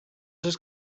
just